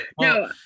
no